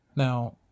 Now